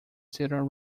cedar